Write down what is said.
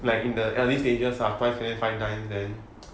like in the early stages ah five players five times then